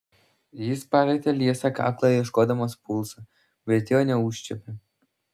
jis palietė liesą kaklą ieškodamas pulso bet jo neužčiuopė